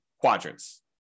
quadrants